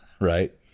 right